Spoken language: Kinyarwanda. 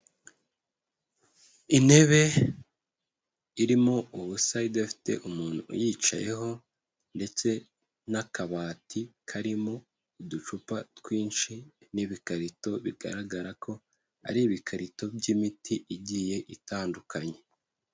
Intebe irimo ubusa idafite umuntu uyicayeho ndetse n'akabati karimo uducupa twinshi n'ibikarito bigaragara ko ari ibikarito by'imiti igiye itandukanye.